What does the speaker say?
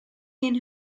ein